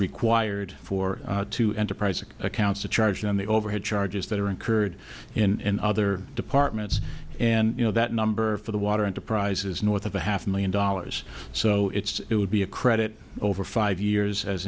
required for two enterprises accounts to charge on the overhead charges that are incurred in other departments and you know that number for the water enterprises north of a half million dollars so it's it would be a credit over five years as